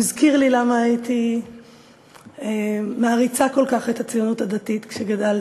הוא הזכיר לי למה הייתי מעריצה כל כך גדולה של הציונות הדתית כשגדלתי.